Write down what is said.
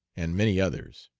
and many others.